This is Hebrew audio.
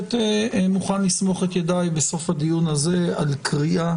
בהחלט מוכן לסמוך את ידיי בסוף הדיון הזה על קריאה